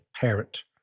parent